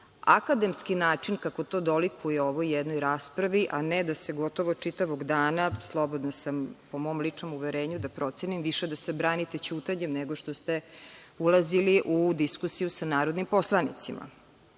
akademski način, kako to dolikuje ovoj jednoj raspravi, a ne da se gotovo čitavog dana, slobodna sam po mom ličnom uverenju da procenim, više da se branite ćutanjem nego što ste ulazili u diskusiju sa narodnim poslanicima.Za